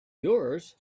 yours